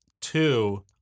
two